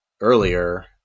earlier